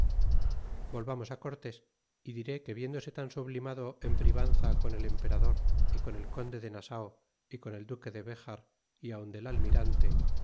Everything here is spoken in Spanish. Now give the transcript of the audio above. volvamos cortés y diré que viéndose tan sublimado en privanza con el emperador y con el conde de nasao y con el duque de bejar y aun del almirante